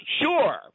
Sure